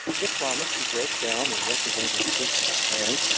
it promised to break down the representative principle and